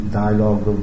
dialogue